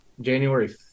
January